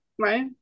Right